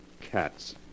cats